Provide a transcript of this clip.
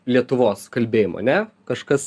lietuvos kalbėjimo ane kažkas